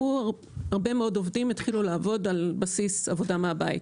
הרבה מאוד עובדים התחילו לעבוד על בסיס עבודה מהבית,